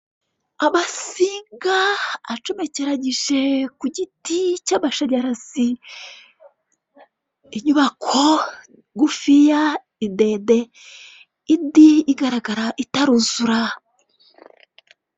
Amatsinga acomekeranyije ku giti cy'amashanyarazi, inyubako ngufiya, indende, indi igaragara itaruzura.